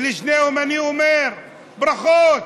ולשניהם אני אומר: ברכות,